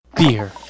Beer